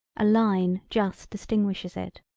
a line just distinguishes it.